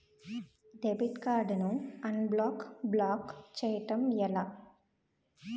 Debit card ను unblock block చేయటం ఎలా?